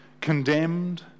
condemned